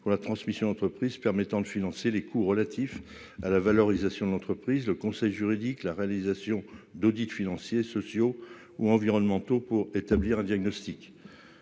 pour la transmission d'entreprise permettant de financer les coûts relatifs à la valorisation de l'entreprise, le conseil juridique, la réalisation d'audits financiers, sociaux ou environnementaux pour établir un diagnostic